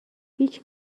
هیچ